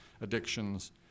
addictions